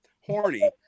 horny